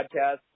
podcast